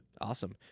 Awesome